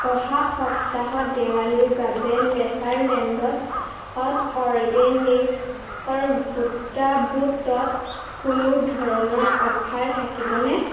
অহা সপ্তাহত দেৱালীৰ বাবে লেচাৰলেণ্ডত অৰগেনিকছৰ গোটা বুটত কোনো ধৰণৰ অফাৰ থাকিব নে